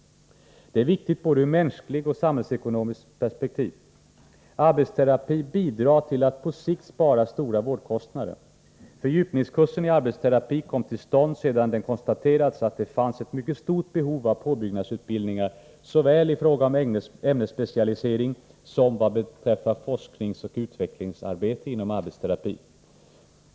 Det är viktigt både ur mänskligt och samhällsekonomiskt perspektiv. Arbetsterapi bidrar till att på sikt spara stora vårdkostnader. Fördjupningskursen i arbetsterapi kom till stånd sedan det konstaterats att det fanns ett mycket stort behov av påbyggnadsutbildningar såväl i fråga om ämnesspecialisering som vad beträffar forskningsoch utvecklingsarbete inom arbetsterapi.